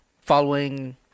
following